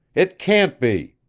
it can't be!